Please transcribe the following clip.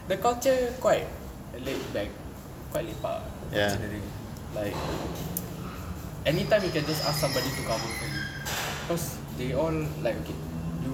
like the the the culture quite laid back quite lepak ah considering like anytime you can just ask somebody to cover for you because they all like okay